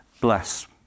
bless